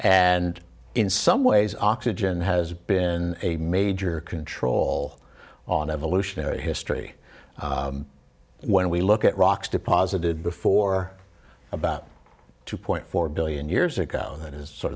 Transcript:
and in some ways oxygen has been a major control on evolutionary history when we look at rocks deposited before about two point four billion years ago that is sort